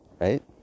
right